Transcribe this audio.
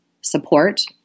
support